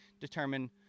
determine